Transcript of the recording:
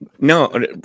No